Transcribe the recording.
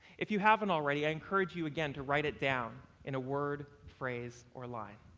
if you haven't already, i encourage you again to write it down in a word, phrase or line.